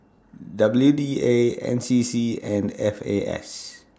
W D A N C C and F A S